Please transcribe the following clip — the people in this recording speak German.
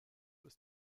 ist